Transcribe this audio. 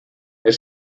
herr